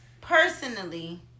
personally